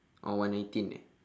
oh one nineteen eh